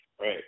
Right